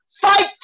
fight